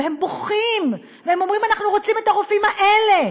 והם בוכים והם אומרים: אנחנו רוצים את הרופאים האלה.